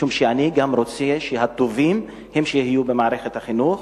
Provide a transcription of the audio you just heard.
משום שאני גם רוצה שהטובים הם שיהיו במערכת החינוך,